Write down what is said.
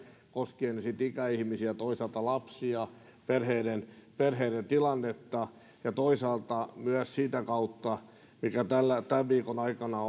koskien ikäihmisiä toisaalta lapsia perheiden perheiden tilannetta ja toisaalta myös sitä kautta mikä tämän viikon aikana